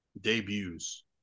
debuts